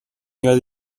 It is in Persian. یاد